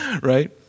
Right